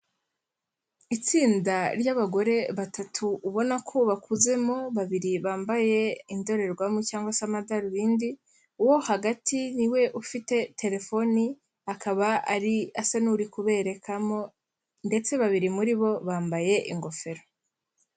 Itsinda ry'abagore batatu ubona ko bakuzemo babiri bambaye indorerwamo cyangwa se amadarubindi, uwo hagati niwe ufite telefoni akaba ari asa n'uri kuberekamo ndetse babiri muri bo bambaye ingofero.